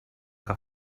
que